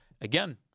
again